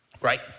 Right